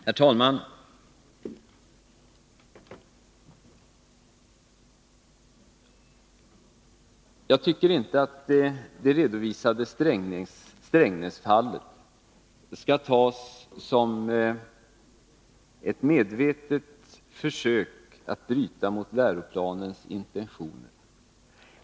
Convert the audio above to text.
Herr talman! Jag tycker inte att det redovisade Strängnäsfallet skall uppfattas som ett medvetet försök att bryta mot läroplanens intentioner.